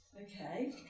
okay